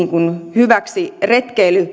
hyväksi retkeily